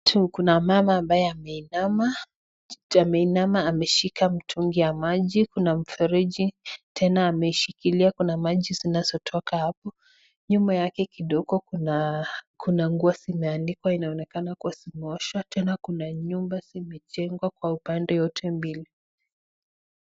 Kuna mama ambaye ameinama , ameinama ameshika mtungi ya maji, kuna mfereji tena ameshikilia kuna maji zinazotoka hapo. Nyuma yake kidogo kuna, kuna nguo zimeanikwa. Inaonekana kuwa zimeoshwa tena kuna nyumba zimejengwa kwa upande wote mbili.